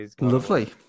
Lovely